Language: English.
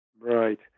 Right